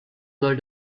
soll